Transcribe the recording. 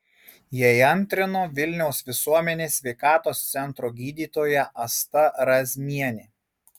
jai antrino vilniaus visuomenės sveikatos centro gydytoja asta razmienė